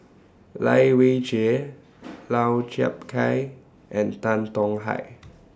Lai Weijie Lau Chiap Khai and Tan Tong Hye